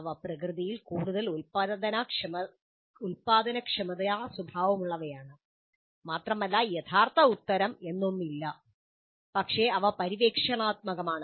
അവ പ്രകൃതിയിൽ കൂടുതൽ ഉൽപാദനക്ഷമതാ സ്വഭാവമുള്ളവയാണ് മാത്രമല്ല യഥാർത്ഥ ഉത്തരം എന്നൊന്നില്ല പക്ഷേ അവ പര്യവേക്ഷണാത്മകമാണ്